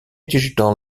digital